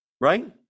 right